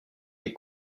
les